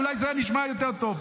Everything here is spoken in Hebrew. אולי זה היה נשמע יותר טוב,